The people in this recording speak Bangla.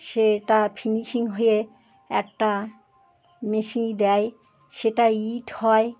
সেটা ফিনিশিং হয়ে একটা মিশিয়ে দেয় সেটা ইট হয়